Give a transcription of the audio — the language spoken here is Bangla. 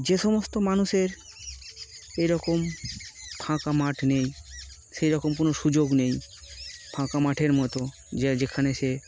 যে সমস্ত মানুষের এইরকম ফাঁকা মাঠ নেই সেই রকম কোনো সুযোগ নেই ফাঁকা মাঠের মতো যে যেখানে সে